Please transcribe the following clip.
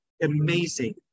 Amazing